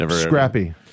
scrappy